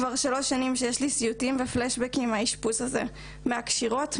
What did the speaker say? כבר שלוש שנים שיש לי סיוטים ופלאשבקים מהאשפוז הזה: מהקשירות,